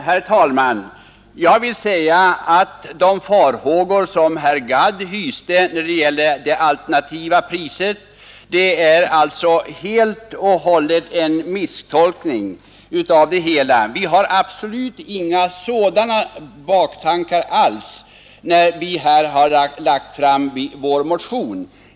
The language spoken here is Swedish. Herr talman! De farhågor som herr Gadd hyste när det gäller det alternativa priset beror helt och hållet på en misstolkning av det hela. Vi hade absolut inga sådana baktankar, när vi lade fram vår motion.